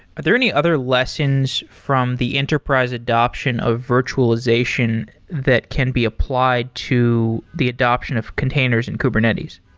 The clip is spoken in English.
but there any other lessons from the enterprise adoption of virtualization that can be applied to the adoption of containers and kubernetes?